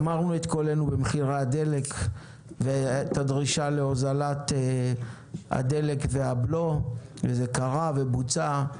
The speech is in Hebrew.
אמרנו את כל אלה במחירי דלק והדרישה להוזלת הדלק והבלו וזה קרה ובוצע.